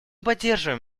поддерживаем